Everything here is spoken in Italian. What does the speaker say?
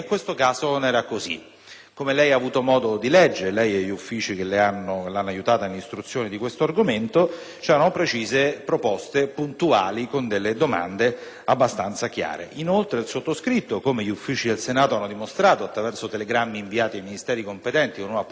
Come avrete avuto modo di leggere, lei e gli uffici che l'hanno aiutata nell'istruzione di questo argomento, nell'interrogazione ci sono precise e puntuali proposte con domande abbastanza chiare. Inoltre, il sottoscritto, come gli Uffici del Senato hanno dimostrato attraverso telegrammi inviati ai Ministeri competenti con una puntualità certosina,